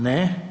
Ne.